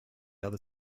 other